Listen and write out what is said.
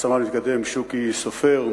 רב-סמל מתקדם שוקי סופר,